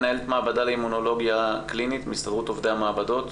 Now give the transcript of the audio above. מנהלת מעבדה לאימונולוגיה קלינית בהסתדרות עובדי המעבדות.